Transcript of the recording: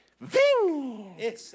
Ving